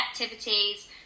activities